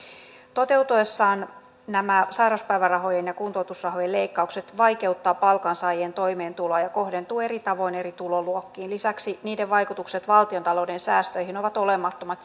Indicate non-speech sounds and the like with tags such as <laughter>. toteutuessaan nämä sairauspäivärahojen ja kuntoutusrahojen leikkaukset vaikeuttavat palkansaajien toimeentuloa ja kohdentuvat eri tavoin eri tuloluokkiin lisäksi niiden vaikutukset valtiontalouden säästöihin ovat olemattomat <unintelligible>